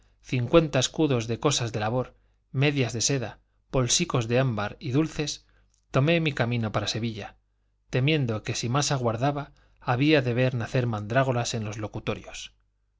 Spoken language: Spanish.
cincuenta escudos de cosas de labor medias de seda bolsicos de ámbar y dulces tomé mi camino para sevilla temiendo que si más aguardaba había de ver nacer mandrágoras en los locutorios